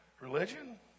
religion